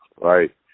Right